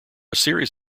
series